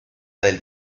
del